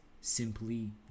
simply